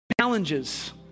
challenges